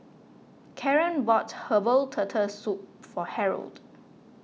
Karan bought Herbal Turtle Soup for Harrold